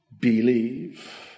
believe